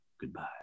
Goodbye